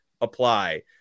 apply